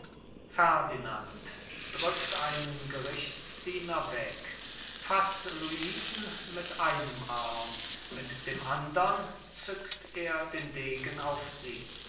weg faßt luisen an einem arm mit dem andern zückt er den degen auf sie